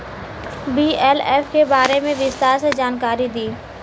BLF के बारे में विस्तार से जानकारी दी?